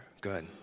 Good